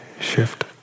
shift